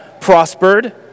prospered